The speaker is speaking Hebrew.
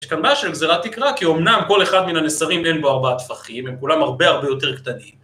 יש כאן בעיה של גזירת תקרה, כי אמנם כל אחד מן הנסרים אין בו ארבעה טפחים, הם כולם הרבה הרבה יותר קטנים.